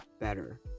better